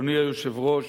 אדוני היושב-ראש,